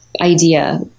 idea